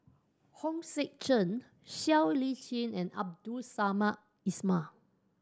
Hong Sek Chern Siow Lee Chin and Abdul Samad Ismail